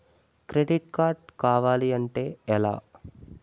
Credit card కావాలి అంటే ఎలా?